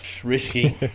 Risky